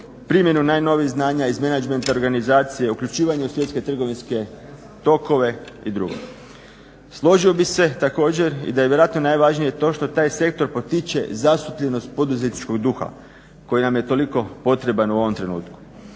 primjenu najnovijih znanja iz menadžmenta, organizacije, uključivanje u svjetske trgovinske tokove i drugo. Složio bih se također i da je vjerojatno najvažnije to što taj sektor potiče zastupljenost poduzetničkog duha koji nam je toliko potreban u ovom trenutku.